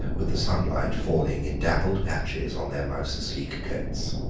with the sunlight falling in dappled patches on their mouse-sleek coats.